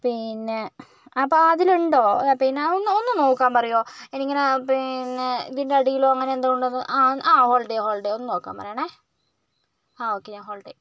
പിന്നെ അപ്പോൾ ആ അതിലുണ്ടോ പിന്നെ ഒന്ന് ഒന്നു നോക്കാൻ പറയുമോ എനിക്കിങ്ങനെ പിന്നെ ഇതിൻ്റെ അടിയിലോ അങ്ങനെ എന്തുകൊണ്ടെന്ന് ആ ആ ഹോൾഡ് ചെയ്യാം ഹോൾഡ് ചെയ്യാം ഒന്ന് നോക്കാൻ പറയണേ ആ ഓക്കെ ഞാൻ ഹോൾഡ് ചെയ്യാം